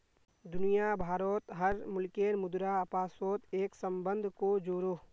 दुनिया भारोत हर मुल्केर मुद्रा अपासोत एक सम्बन्ध को जोड़ोह